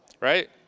right